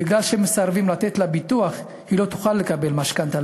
בגלל שמסרבים לתת לה ביטוח היא לא תוכל לקבל משכנתה,